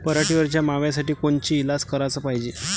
पराटीवरच्या माव्यासाठी कोनचे इलाज कराच पायजे?